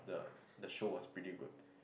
the the show was pretty good